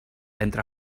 entre